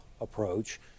approach